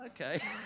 okay